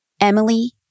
Emily